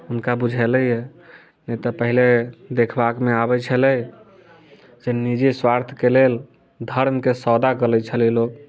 हुनका बुझेलैया ने तऽ पहिले देखबाक मे आबै छलै से निजी स्वार्थ के लेल धर्म के सौदा कऽ लै छलै लोक